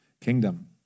kingdom